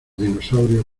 dinosaurios